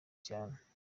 cyane